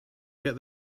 get